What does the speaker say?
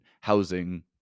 housing